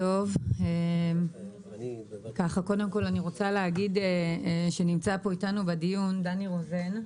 אני קודם כל רוצה להגיד שנמצא פה איתנו בדיון דני רוזן,